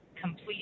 complete